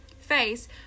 face